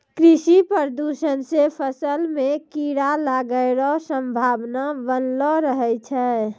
कृषि प्रदूषण से फसल मे कीड़ा लागै रो संभावना वनलो रहै छै